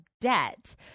debt